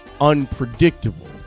unpredictable